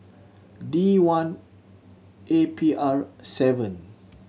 D one A P R seven